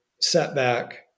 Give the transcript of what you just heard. setback